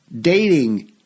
dating